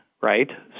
right